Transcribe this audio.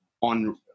on